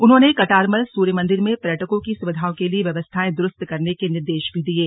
उन्होंने कटारमल सूर्य मन्दिर में पर्यटकों की सुविधाओं के लिए व्यवस्थाएं दुरुस्त करने के निर्देश भी दिये